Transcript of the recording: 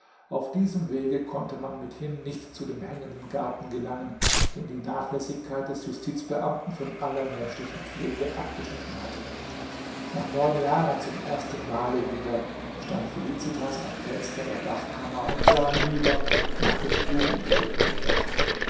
auf diesem wege konnte man mithin nicht zu dem hängenden garten gelangen den die nachlässigkeit des justizbeamten von aller menschlichen pflege abgeschnitten hatte nach neun jahren zum erstenmale wieder stand felicitas am fenster der dachkammer und sah hinüber nach dem blumenbedeckten dach